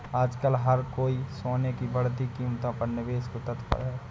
आजकल हर कोई सोने की बढ़ती कीमतों पर निवेश को तत्पर है